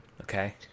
Okay